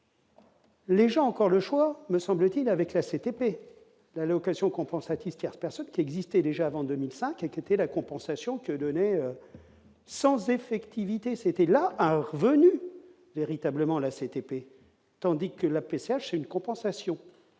Les gens ont encore le choix me semble-t-il, avec la CTP, l'allocation compensatrice tierce personne qui existait déjà avant 2005 et qui était la compensation que donner sens infectivité c'était la un revenu véritablement l'ACTP tandis que la PCH et une compensation